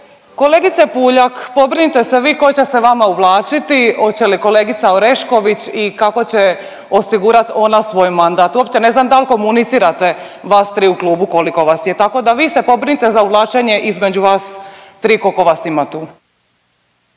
Kolegice Puljak pobrinite se vi koji će se vama uvlačiti, hoće li kolegica Orešković i kako će osigurat ona svoj mandat. Uopće ne znam dal' komunicirate vas tri u klubu koliko vas je. Tako da vi se pobrinite za uvlačenje između vas tri koliko vas ima tu.